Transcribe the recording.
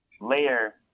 layer